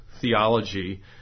theology